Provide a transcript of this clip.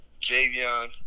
Javion